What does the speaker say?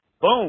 Boom